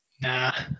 Nah